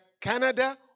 Canada